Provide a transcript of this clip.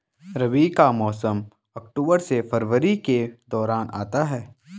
रबी का मौसम अक्टूबर से फरवरी के दौरान होता है